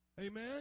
Amen